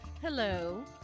Hello